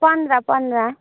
पन्ध्र पन्ध्र